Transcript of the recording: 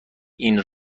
این